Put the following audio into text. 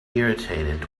irritated